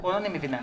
נכון.